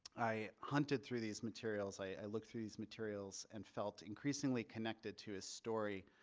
i hunted through these materials i looked through these materials and felt increasingly connected to a story,